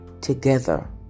together